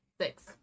Six